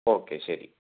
okay ശരി